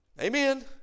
Amen